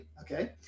okay